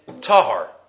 tahar